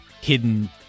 hidden